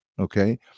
Okay